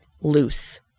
loose